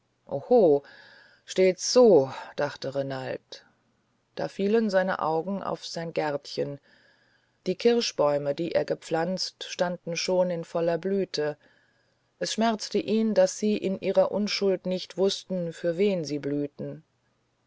steht's so dachte renald da fielen seine augen auf sein gärtchen die kirschbäume die er gepflanzt standen schon in voller blüte es schmerzte ihn daß sie in ihrer unschuld nicht wußten für wen sie blühten